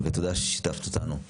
ותודה ששיתפת אותנו.